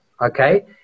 okay